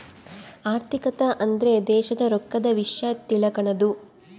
ಆರ್ಥಿಕತೆ ಅಂದ್ರ ದೇಶದ್ ರೊಕ್ಕದ ವಿಷ್ಯ ತಿಳಕನದು